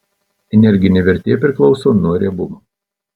energinė vertė priklauso nuo riebumo